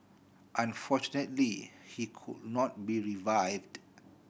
unfortunately he could not be revived